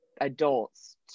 adults